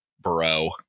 bro